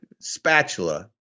spatula